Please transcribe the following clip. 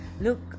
look